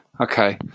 Okay